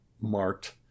marked